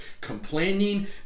complaining